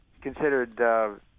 considered